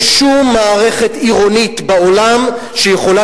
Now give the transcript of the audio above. אין שום מערכת עירונית בעולם שיכולה